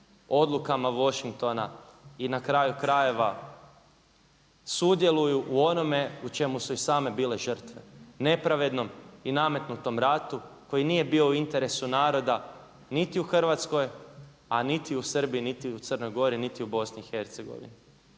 odlukama Washingtona i na kraju krajeva sudjeluju u onome u čemu su i same bile žrtve nepravednom i nametnutom ratu koji nije bio u interesu naroda niti u Hrvatskoj, a niti u Srbiji, niti u Crnoj Gori, niti u Bosni i Hercegovini.